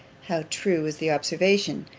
how true is the observation,